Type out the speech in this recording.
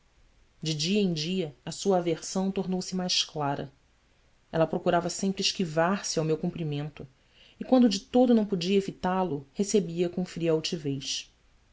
de dia em dia a sua aversão tornou-se mais clara ela procurava sempre esquivar se ao meu cumprimento e quando de todo não podia evitá lo recebia com fria altivez